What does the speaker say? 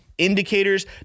indicators